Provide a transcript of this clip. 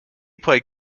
played